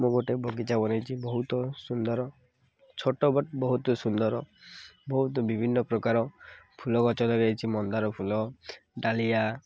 ମୁଁ ଗୋଟେ ବଗିଚା ବନେଇଛି ବହୁତ ସୁନ୍ଦର ଛୋଟ ବଟ୍ ବହୁତ ସୁନ୍ଦର ବହୁତ ବିଭିନ୍ନ ପ୍ରକାର ଫୁଲ ଗଛ ଲଗେଇଛି ମନ୍ଦାର ଫୁଲ ଡାଲିଆ